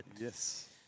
Yes